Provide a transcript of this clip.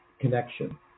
connection